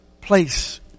place